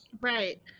Right